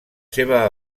seva